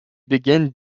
begin